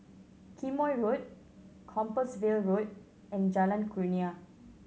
Quemoy Road Compassvale Road and Jalan Kurnia